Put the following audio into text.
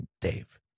Dave